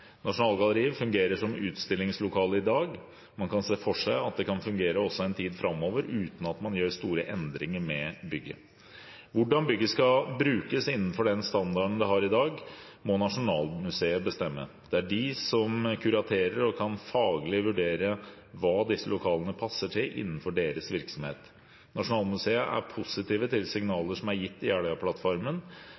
Nasjonalgalleriet fungerer som utstillingslokale i dag. Man kan se for seg at det kan fungere også en tid framover uten at man gjør store endringer med bygget. Hvordan bygget skal brukes innenfor den standarden det har i dag, må Nasjonalmuseet bestemme. Det er de som kuraterer og kan faglig vurdere hva disse lokalene passer til innenfor deres virksomhet. Nasjonalmuseet er positiv til